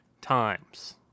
times